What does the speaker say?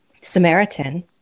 Samaritan